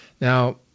Now